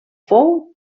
fou